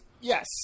Yes